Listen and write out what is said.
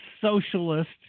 socialist